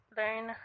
learn